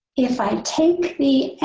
if i take the